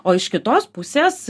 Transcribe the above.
o iš kitos pusės